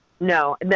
No